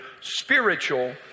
spiritual